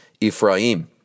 Ephraim